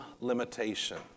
limitation